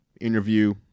Interview